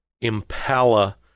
Impala